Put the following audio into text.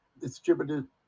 distributed